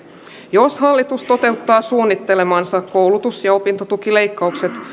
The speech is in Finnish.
jos hallitus toteuttaa suunnittelemansa koulutus ja opintotukileikkaukset